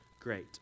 great